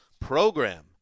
program